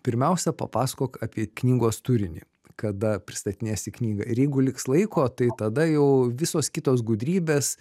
pirmiausia papasakok apie knygos turinį kada pristatinėsi knygą ir jeigu liks laiko tai tada jau visos kitos gudrybės